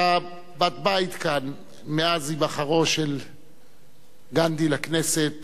כאן, מאז היבחרו של גנדי לכנסת